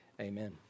Amen